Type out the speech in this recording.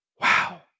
Wow